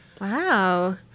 Wow